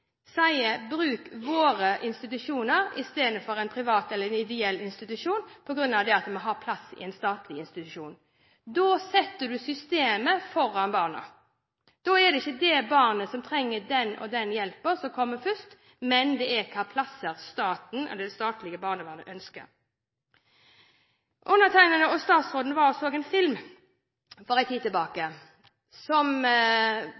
har plass i en statlig institusjon. Da setter man systemet foran barna. Da er det ikke barnet som trenger den og den hjelpen som kommer først, men hva slags plasser staten eller det statlige barnevernet ønsker. Jeg og statsråden var og så en film for en tid tilbake som